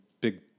big